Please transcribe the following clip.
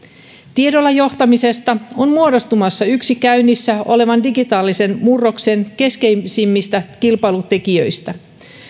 tiedolla johtamisesta on muodostumassa yksi käynnissä olevan digitaalisen murroksen keskeisimmistä kilpailutekijöistä